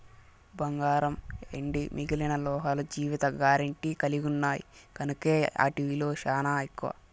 బంగారం, ఎండి మిగిలిన లోహాలు జీవిత గారెంటీ కలిగిన్నాయి కనుకే ఆటి ఇలువ సానా ఎక్కువ